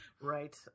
Right